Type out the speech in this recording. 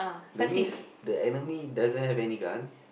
that means the enemy doesn't have any gun